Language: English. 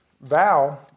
vow